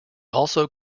also